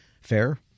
Fair